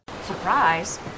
surprise